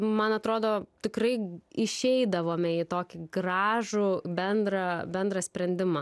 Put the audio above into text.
man atrodo tikrai išeidavome į tokį gražų bendrą bendrą sprendimą